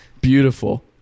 Beautiful